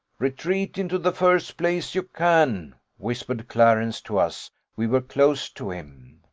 retreat into the first place you can whispered clarence to us we were close to him.